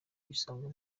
bisangwa